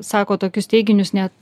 sako tokius teiginius net